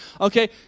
okay